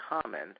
common